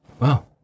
Wow